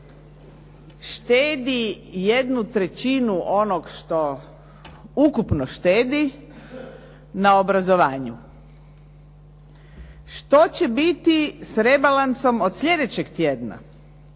štedi jednu trećinu onoga što ukupno štedi na obrazovanju. Što će biti s rebalansom od slijedećeg tjedna?